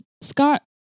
scott